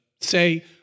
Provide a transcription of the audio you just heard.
say